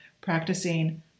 practicing